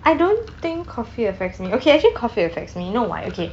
I don't think coffee affects me okay actually coffee affects me you know why okay